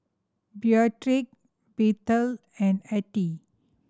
Beatrix Bethel and Artie